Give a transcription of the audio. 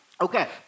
Okay